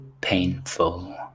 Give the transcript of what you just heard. painful